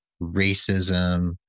racism